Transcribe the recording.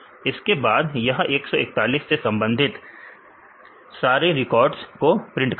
इसके बाद यह 141 से संबंधित सारे रिकॉर्ड्स को प्रिंट कर देगा